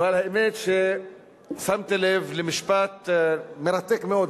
אבל האמת היא ששמתי לב למשפט מרתק מאוד,